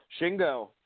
Shingo